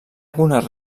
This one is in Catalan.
algunes